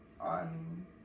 on